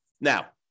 Now